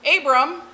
Abram